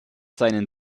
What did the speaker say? seinen